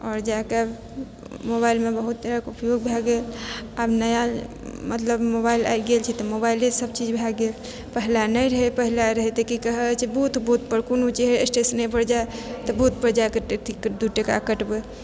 आओर जाकऽ मोबाइलमे बहुत तरहक ऊपयोग भए गेल आब नया मतलब मोबाइल आबि गेल छै तऽ मतलब मोबाइले सबचीज भए गेल पहिले नहि रहै पहिले रहै तऽ की कहै छै बूथ बूथपर कोनो जे है स्टेशनेपर जाय तऽ बूथपर जायकऽ अथि दू टाका कटबै